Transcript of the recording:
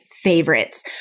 favorites